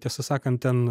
tiesą sakant ten